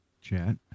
chat